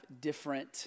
different